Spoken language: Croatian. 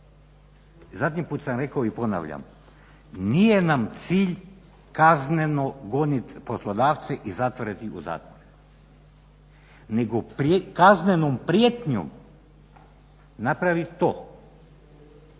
Zadnji put sam rekao i ponavljam nije nam cilj kazneno goniti poslodavce i zatvarat ih u zatvor, nego kaznenom prijetnjom napraviti to